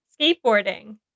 skateboarding